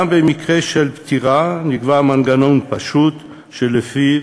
גם במקרה של פטירה נקבע מנגנון פשוט שלפיו